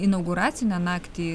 inauguracinę naktį